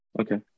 Okay